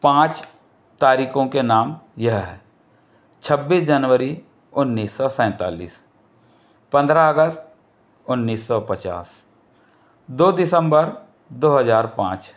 पाँच तारीकों के नाम यह है छब्बीस जनवरी उन्नीस सौ सैतालीस पंद्रह अगस्त उन्नीस सौ पचास दो दिसंबर दो हजार पाँच